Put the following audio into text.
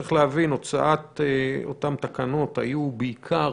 צריך להבין שהוצאת אותן תקנות הייתה בעיקר